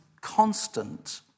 constant